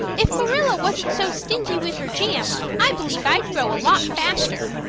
if marilla wasn't so stingy with her jam i believe i'd grow a lot faster.